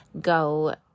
go